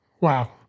wow